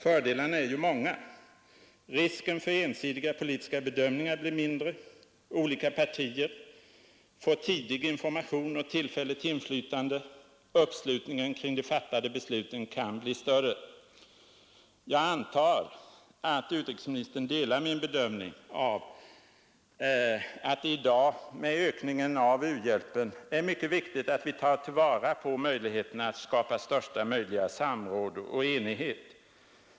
Fördelarna är ju många, Risken för ensidiga politiska bedömningar blir mindre. Olika partier får tidig information och tillfälle till inflytande på ett förberedande stadium, och uppslutningen kring de fattade besluten kan bli större. Jag antar att utrikesministern delar min bedömning att det i dag med ökningen av u-hjälpen är mycket viktigt att vi tar till vara möjligheterna att skapa största möjliga samråd och enighet.